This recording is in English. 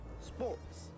Sports